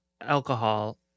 alcohol